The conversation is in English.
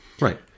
Right